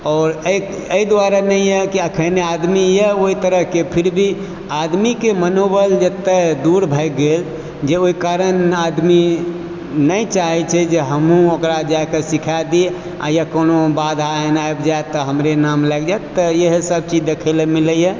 आओर एहि दुआरे नहि इएह कि अखन आदमी अहि ओहि तरह के कि फिर भी आदमी के मनोबल जेतय दूर भागि गेल जे ओहि कारण आदमी नहि चाहे छै जे हमहुँ ओकरा जा के सिखा दियै आ यऽ कोनो बाधा एहन आबि जाइत तऽ हमरे नाम लागि जाइत तऽ इएहे सब चीज देखय लए मिलए